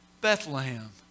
Bethlehem